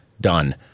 done